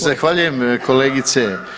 Zahvaljujem kolegice.